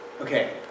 okay